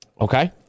Okay